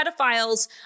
pedophiles